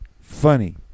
funny